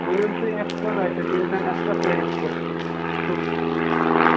ؤنِو حظ تُہۍ اَسہِ کَر آسہِ اَتھ اِمتِحان اَسہِ کَتھ تٲریٖخَس پٮ۪ٹھ چھِ یُن تہٕ